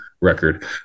record